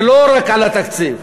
ולא רק על התקציב.